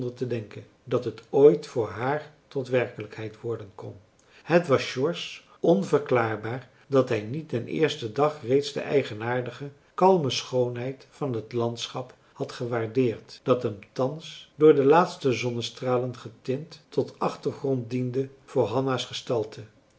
te denken dat het ooit voor haar tot werkelijkheid worden kon het was george onverklaarbaar dat hij niet den eersten dag reeds de eigenaardige kalme schoonheid van het landschap had gewaardeerd dat hem thans door de laatste zonnestralen getint tot achtergrond diende voor hanna's gestalte